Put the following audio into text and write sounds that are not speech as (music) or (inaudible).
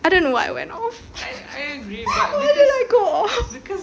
I didn't know why I went off (laughs) why did I go off